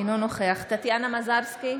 אינו נוכח טטיאנה מזרסקי,